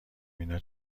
اینا